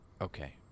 Okay